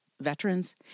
veterans